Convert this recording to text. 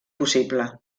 possible